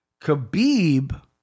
Khabib